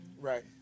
Right